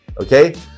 okay